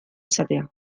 izatea